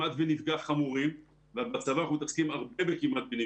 חמורים ובצבא אנחנו מתעסקים בהרבה מקרים,